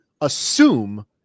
assume